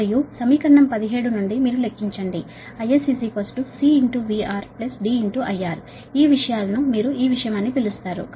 మరియు సమీకరణం 17 నుండి మీరు లెక్కించండి IS C VRDIR వీటన్నింటిని మీరు ఇలా పిలుస్తారు